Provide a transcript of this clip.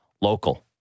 Local